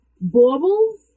Baubles